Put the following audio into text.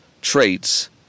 traits